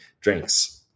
drinks